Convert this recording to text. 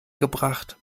gebracht